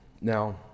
now